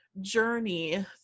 journey